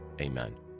Amen